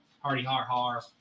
Hardy-har-har